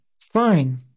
fine